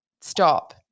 stop